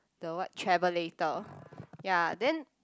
the what travelator ya then